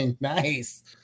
nice